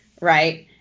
Right